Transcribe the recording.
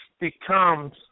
becomes